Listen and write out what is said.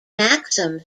maxims